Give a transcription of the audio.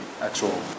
actual